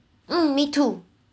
mm me too